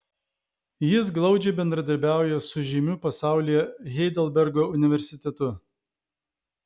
jis glaudžiai bendradarbiauja su žymiu pasaulyje heidelbergo universitetu